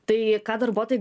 tai ką darbuotojai